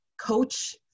coach